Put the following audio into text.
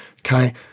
Okay